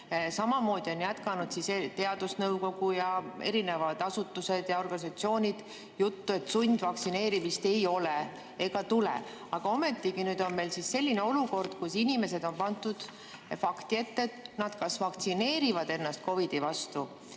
Samamoodi on jätkanud teadusnõukogu ja erinevad asutused ja organisatsioonid juttu, et sundvaktsineerimist ei ole ega tule. Aga ometigi on meil nüüd selline olukord, kus inimesed on pandud fakti ette, et nad kas vaktsineerivad ennast COVID‑i vastu